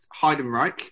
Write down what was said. Heidenreich